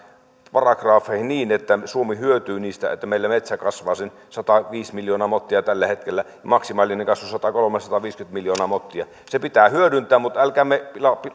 paragrafeihin niin että suomi hyötyy siitä että meillä metsä kasvaa sen sataviisi miljoonaa mottia tällä hetkellä maksimaalinen kasvu satakolme viiva sataviisikymmentä miljoonaa mottia se pitää hyödyntää mutta älkäämme